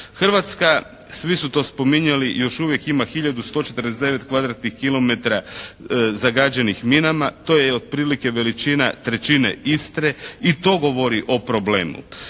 Hrvatska, svi su to spominjali, još uvijek ima hiljadu 149 kvadratnih kilometara zagađenih minama. To je otprilike veličina 1/3 Istre i to govori o problemu.